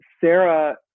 Sarah